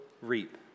reap